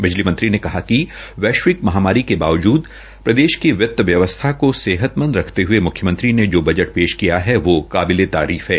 बिजली मंत्री ने कहा कि वैश्विक महामारी के बावजूद प्रदेश की वित व्यवस्था को सेहतमंद रखते हए मुख्यमंत्री ने जो बजट पेश किया है वह काबिले तारीफ है